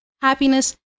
happiness